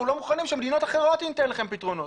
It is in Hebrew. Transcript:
לא מוכנים שמדינות אחרות ייתנו לכם פתרונות.